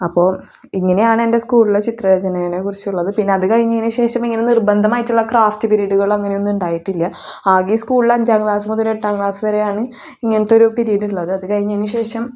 അപ്പോൾ ഇങ്ങനെയാണെൻ്റെ സ്കൂളിലെ ചിത്രരചനയെ കുറിച്ച് ഉള്ളത് പിന്നെ അത് കഴിഞ്ഞതിന് ശേഷം ഇങ്ങനെ നിർബന്ധമായിട്ടുള്ള ക്രാഫ്റ്റ് പിരീഡുകൾ അങ്ങനെയൊന്നും ഉണ്ടായിട്ടില്ല ആകെ സ്കൂളിൽ അഞ്ചാം ക്ലാസ് മുതൽ എട്ടാം ക്ലാസ് വരെയാണ് ഇങ്ങനത്തെ ഒരു പിരീഡ് ഉള്ളത് അത് കഴിഞ്ഞതിന് ശേഷം